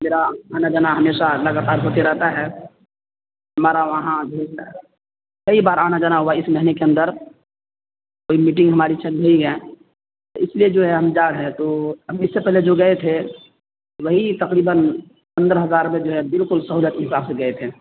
میرا آنا جانا ہمیشہ لگاتار ہوتے رہتا ہے ہمارا وہاں کئی بار آنا جانا ہوا اس مہینے کے اندر کوئی میٹنگ ہماری چل رہی ہے تو اس لیے جو ہے ہم جا رہے ہیں تو ہم اس سے پہلے جو گئے تھے وہی تقریباً پندرہ ہزار میں جو ہے بالکل سہولت کے حساب سے گئے تھے